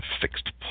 fixed